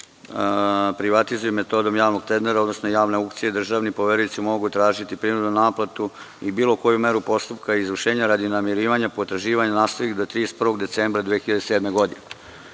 privatizuju metodom javnog tendera, odnosno javne aukcije, državni poverioci mogu tražiti prinudnu naplatu i bilo koju meru postupka izvršenja radi namirenja potraživanja nastalih do 31. decembra 2007. godine.